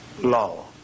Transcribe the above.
Law